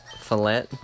Filet